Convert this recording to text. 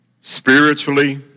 spiritually